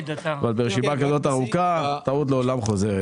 רשימה סזאת ארוכה, טעות לעולם חוזרת.